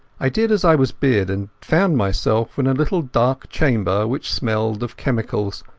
i did as i was bid, and found myself in a little dark chamber which smelt of chemicals,